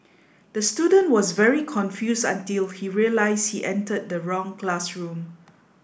the student was very confused until he realize he entered the wrong classroom